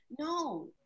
No